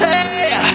Hey